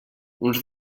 uns